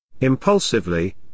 Impulsively